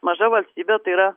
maža valstybė tai yra